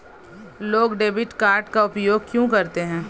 लोग debit card का उपयोग क्यों करते हैं?